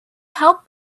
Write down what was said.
help